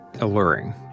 alluring